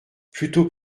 plutôt